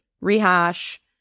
rehash